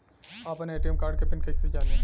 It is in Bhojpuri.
आपन ए.टी.एम कार्ड के पिन कईसे जानी?